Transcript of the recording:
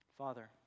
Father